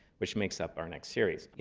which makes up our next series. yeah